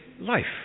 life